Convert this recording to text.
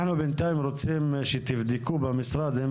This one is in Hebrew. אנחנו בינתיים רוצים שתבדקו במשרד האם